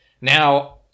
Now